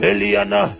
Eliana